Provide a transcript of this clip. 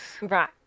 Right